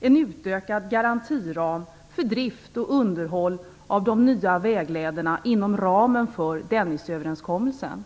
en utökad garantiram för drift och underhåll av de nya väglederna inom ramen för Dennisöverenskommelsen.